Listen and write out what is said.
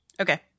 Okay